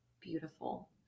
beautiful